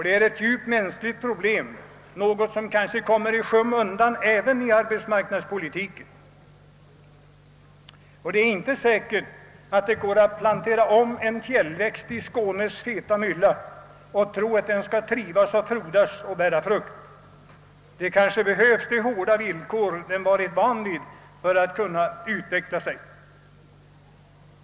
Det är ett djupt mänskligt problem, något som kanske kommer i skymundan även i arbetsmarknadspolitiken. Det är inte säkert att det går att placera om en fjällväxt i Skånes feta mylla och tro att den skall trivas och frodas och bära frukt. Den kanske behöver de hårda villkor som den varit van vid för att kunna utveckla sig.